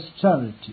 charity